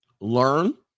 learn